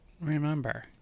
Remember